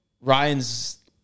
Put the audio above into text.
Ryan's